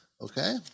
Okay